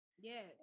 yes